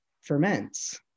ferments